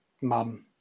mum